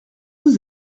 vous